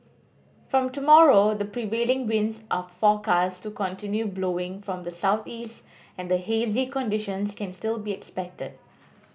from tomorrow the prevailing winds are forecast to continue blowing from the southeast and hazy conditions can still be expected